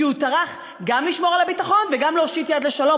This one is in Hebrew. כי הוא טרח גם לשמור על הביטחון וגם להושיט יד לשלום.